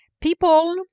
People